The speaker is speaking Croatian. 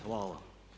Hvala.